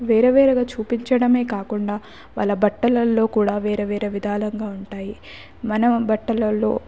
వేరే వేరేగా చూపించడమే కాకుండా వాళ్ళ బట్టలలో కూడా వేరే వేరే విధాలుగా ఉంటాయి మన బట్టలలో